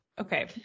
Okay